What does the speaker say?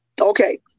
okay